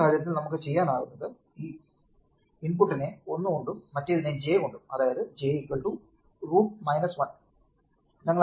ഈ സാഹചര്യത്തിൽ നമുക്ക് ചെയ്യാനാകുന്നത് ഈ ഇൻപുട്ടിനെ 1 കൊണ്ടും മറ്റേതിനെ j കൊണ്ടും അതായതു j √ 1